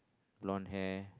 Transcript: bronze hair